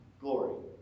glory